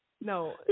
No